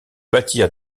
bâtir